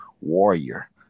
warrior